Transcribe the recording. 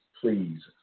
please